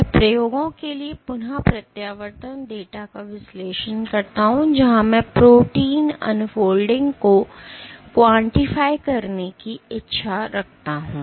मैं प्रयोगों के लिए पुन प्रत्यावर्तन डेटा का विश्लेषण करता हूं जहां मैं प्रोटीन अनफोल्डिंग को क्वांटिफाय करने की इच्छा रखता हूं